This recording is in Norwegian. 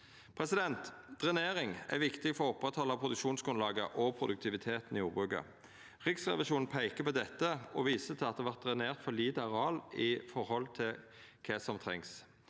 våren. Drenering er viktig for å oppretthalda produksjonsgrunnlaget og produktiviteten i jordbruket. Riksrevisjonen peikar på dette og viser til at det vert drenert for lite areal i høve til kva som trengst.